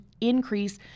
increase